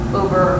over